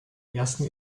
ersten